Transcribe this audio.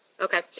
Okay